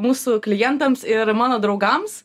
mūsų klientams ir mano draugams